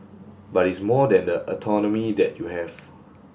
but it's more than the autonomy that you have